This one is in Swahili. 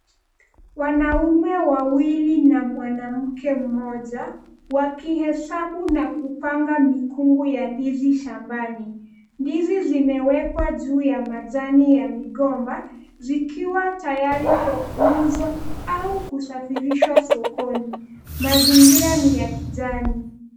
Wanaume wawili na mwanamke mmoja, wakihesabu na kupanga mikungu ya ndizi shambani. Ndizi zimeekwa juuu ya majani ya migomba, zikiwa tayari kwa kuuzwa au kusafirishwa sokoni. Mazingira ni ya kijani.